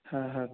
হ্যাঁ হ্যাঁ